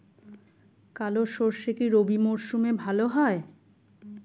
কালো সরষে কি রবি মরশুমে ভালো হয়?